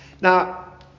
Now